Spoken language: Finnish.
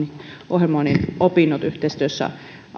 ohjelmoinnin opinnot yhteistyössä